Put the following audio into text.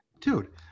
dude